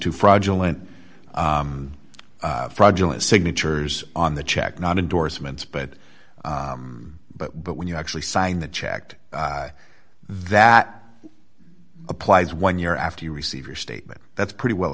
to fraudulent fraudulent signatures on the check not indorsements but but but when you actually sign that checked that applies one year after you receive your statement that's pretty well